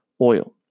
oil